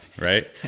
right